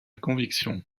conviction